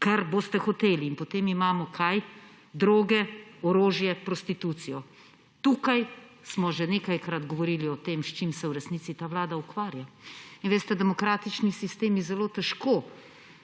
kar boste hoteli. In potem imamo – kaj? Droge, orožje, prostitucijo. Tukaj smo že nekajkrat govorili o tem, s čim se v resnici ta vlada ukvarja. Veste, demokratični sistemi se pač zelo težko